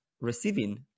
receiving